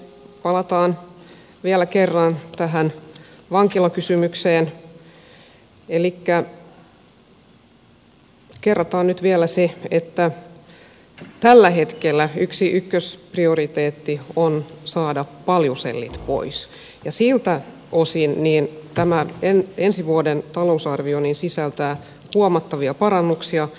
palataan vielä kerran tähän vankilakysymykseen elikkä kerrataan nyt vielä se että tällä hetkellä yksi ykkösprioriteetti on saada paljusellit pois ja siltä osin tämä ensi vuoden talousarvio sisältää huomattavia parannuksia